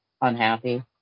unhappy